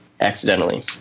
accidentally